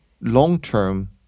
long-term